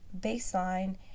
baseline